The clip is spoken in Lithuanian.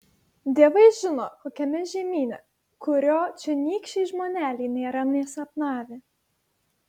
dievai žino kokiame žemyne kurio čionykščiai žmoneliai nėra nė sapnavę